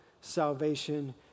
salvation